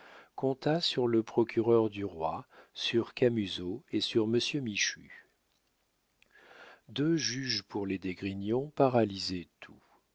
compta sur le procureur du roi sur camusot et sur monsieur michu deux juges pour les d'esgrignon paralysaient tout